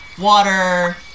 water